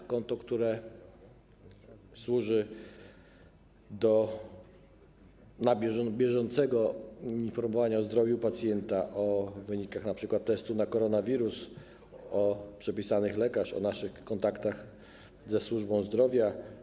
To konto, które służy do bieżącego informowania o zdrowiu pacjenta, o wynikach np. testu na koronawirusa, o przepisanych lekach, o naszych kontaktach ze służbą zdrowia.